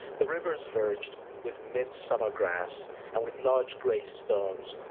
the rivers verged with mid-summer grass and with large gray stones,